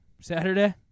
Saturday